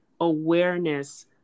awareness